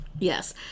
Yes